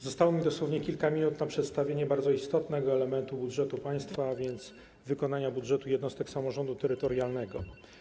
Zostało mi dosłownie kilka minut na przedstawienie bardzo istotnego elementu budżetu państwa, a więc wykonania budżetu jednostek samorządu terytorialnego.